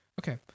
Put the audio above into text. Okay